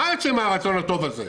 מה יוצא מהרצון הטוב הזה?